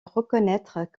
reconnaître